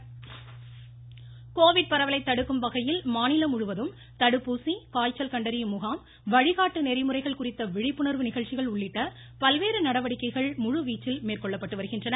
Covid மாவட்டங்கள் Covid பரவலை தடுக்கும் வகையில் மாநிலம் முழுவதும் தடுப்பூசி காய்ச்சல் கண்டறியும் முகாம் வழிகாட்டு நெறிமுறைகள் குறித்த விழிப்புண்வு நிகழ்ச்சிகள் உள்ளிட்ட பல்வேறு நடவடிக்கைகள் முழுவீச்சில் மேற்கொள்ளப்பட்டு வருகின்றன